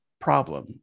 problem